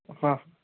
हाँ